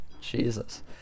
Jesus